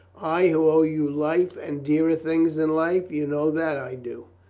i who owe you life and dearer things than life? you know that i do.